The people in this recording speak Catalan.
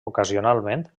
ocasionalment